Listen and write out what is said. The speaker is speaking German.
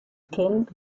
kind